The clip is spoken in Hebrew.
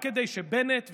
רק כדי שבנט ושקד,